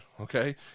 okay